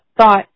thought